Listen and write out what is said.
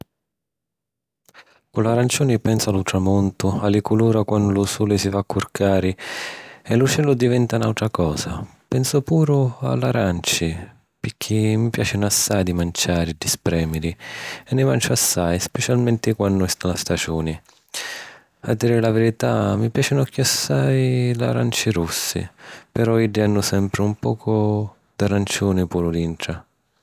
Cu l’aranciuni pensu a lu tramuntu, a li culura quannu lu suli si va a curcari e lu celu diventa n’àutra cosa. Pensu puru a l’aranci, picchì mi piàcinu assai di manciari e di sprèmiri, e nni manciu assai, spicialmenti quannu è la staciuni. A diri la verità, mi piàcinu chiù assai l’aranci russi, però iddi hannu sempri un pocu d’aranciuni puru d’intra.